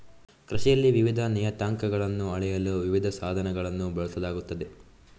ಕೃಷಿಯಲ್ಲಿ ವಿವಿಧ ನಿಯತಾಂಕಗಳನ್ನು ಅಳೆಯಲು ವಿವಿಧ ಸಾಧನಗಳನ್ನು ಬಳಸಲಾಗುತ್ತದೆ